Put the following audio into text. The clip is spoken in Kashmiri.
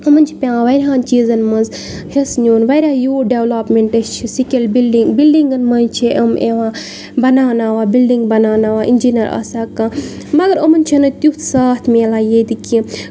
یِمَن چھُ پیٚوان واریاہن چیٖزن منٛز حصہٕ نیُن واریاہ یوٗتھ ڈیولوپمیٚنٹ چھُ سِکِل بِلڈنگ بِلڈنگن منٛز چھِ یِم یِوان بَناوناوان بِلڈنگ بَناوناوان انجینیر آسان کانہہ مَگر یِمَن چھُ نہٕ تیُتھ ساتھ مِلان ییٚتہِ کیٚنٛہہ